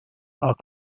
are